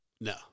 No